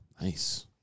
nice